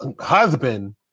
husband